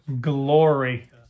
Glory